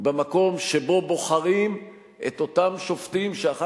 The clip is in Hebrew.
במקום שבו בוחרים את אותם שופטים שאחר